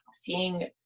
seeing